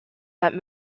that